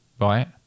Right